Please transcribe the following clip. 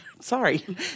sorry